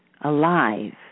alive